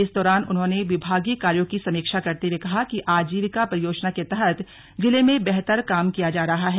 इस दौरान उन्होंने विभागीय कार्यो की समीक्षा करते हुए कहा कि आजीविका परियोजना के तहत जिले में बेहतर काम किया जा रहा है